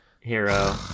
Hero